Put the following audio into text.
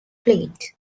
fleet